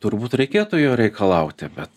turbūt reikėtų jo reikalauti bet